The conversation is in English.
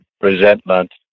resentment